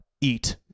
eat